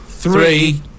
Three